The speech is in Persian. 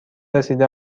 رسیده